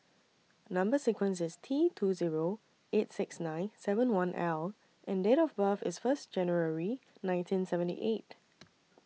Number sequence IS T two Zero eight six nine seven one L and Date of birth IS First January nineteen seventy eight